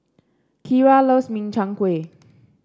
Kyra loves Min Chiang Kueh